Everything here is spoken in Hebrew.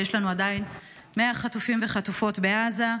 ויש לנו עדיין 100 חטופים וחטופות בעזה.